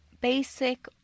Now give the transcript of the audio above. basic